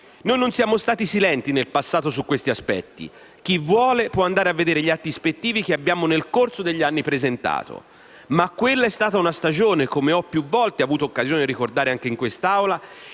Noi non siamo stati silenti nel passato su questi aspetti. Chi vuole, può andare a vedere gli atti ispettivi che abbiamo presentato nel corso degli anni; ma quella è stata una stagione, come ho più volte avuto occasione di ricordare anche in quest'Aula,